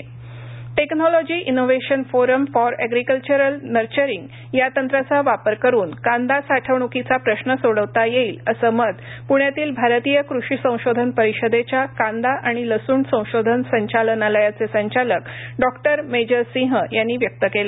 कांदा technology innovation forum for agricultural nurturing या तंत्राचा वापर करून कांदा साठवणुकीचा प्रश्न सोडवता येईल असं मत पूण्यातील भारतीय कृषी संशोधन परिषदेच्या कांदा आणि लसूण संशोधन संचालनालयाचे संचालक डॉक्टर मेजर सिंह यांनी व्यक्त केलं